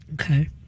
Okay